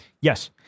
Yes